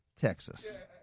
Texas